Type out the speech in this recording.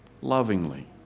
lovingly